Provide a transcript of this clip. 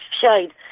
shade